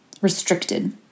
restricted